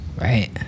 right